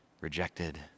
rejected